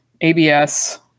ABS